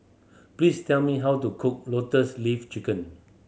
please tell me how to cook Lotus Leaf Chicken